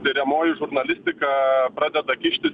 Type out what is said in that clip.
tiriamoji žurnalistika pradeda kištis